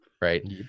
right